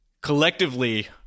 collectively